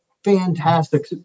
fantastic